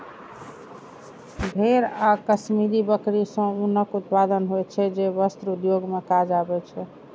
भेड़ आ कश्मीरी बकरी सं ऊनक उत्पादन होइ छै, जे वस्त्र उद्योग मे काज आबै छै